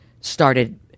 started